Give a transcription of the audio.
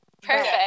Perfect